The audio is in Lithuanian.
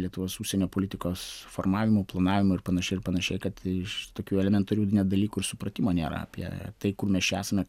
lietuvos užsienio politikos formavimu planavimu ir panašiai ir panašiai kad iš tokių elementarių dalykų ir supratimo nėra apie tai kur mes esame